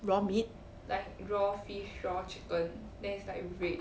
raw meat